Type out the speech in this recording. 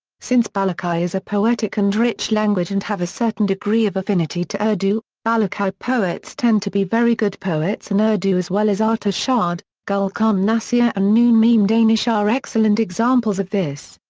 since balochi is a poetic and rich language and have a certain degree of affinity to urdu, balochi poets tend to be very good poets in urdu as well as ata shaad, gul khan nasir and noon meem danish are excellent examples of this.